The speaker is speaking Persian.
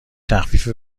تخفیفی